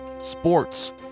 sports